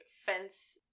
fence